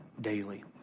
daily